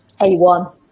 A1